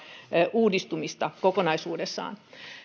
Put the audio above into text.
uudistumista kokonaisuudessaan